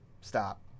Stop